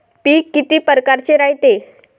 पिकं किती परकारचे रायते?